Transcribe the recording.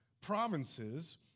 provinces